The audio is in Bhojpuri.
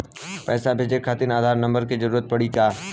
पैसे भेजे खातिर आधार नंबर के जरूरत पड़ी का?